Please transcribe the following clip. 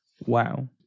Wow